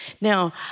Now